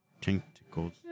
Tentacles